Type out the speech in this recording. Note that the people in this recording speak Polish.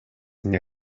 nie